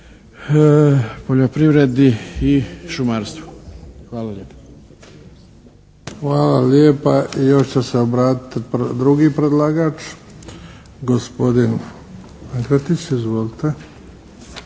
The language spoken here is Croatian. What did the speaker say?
poljoprivredi i šumarstvu. Hvala lijepo. **Bebić, Luka (HDZ)** Hvala lijepa i još će se obratiti drugi predlagač, gospodin Pankretić. Izvolite.